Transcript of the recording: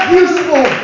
useful